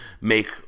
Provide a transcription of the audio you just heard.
make